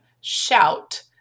shout